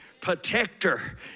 protector